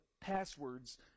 passwords